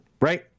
right